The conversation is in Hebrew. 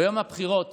ביום הבחירות